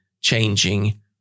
changing